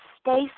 stay